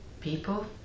people